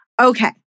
Okay